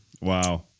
Wow